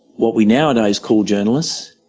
what we nowadays call journalists,